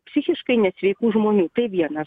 psichiškai nesveikų žmonių tai viena